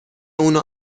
اونو